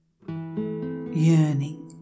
yearning